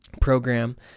program